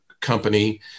company